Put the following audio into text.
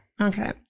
Okay